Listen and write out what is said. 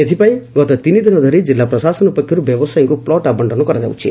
ଏଥ୍ପାଇଁ ଗତ ତିନିଦିନ ଧରି କିଲ୍ଲା ପ୍ରଶାସନ ପକ୍ଷରୁ ବ୍ୟବସାୟୀଙ୍କୁ ପ୍କୁଟ୍ ଆବକ୍କନ କରାଯାଉଛି